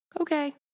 okay